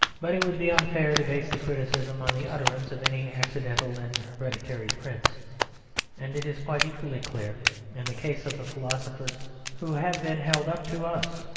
but it would be unfair to base the criticism on the utterance of any accidental and hereditary prince and it is quite equally clear in the case of the philosophers who have been held up to us,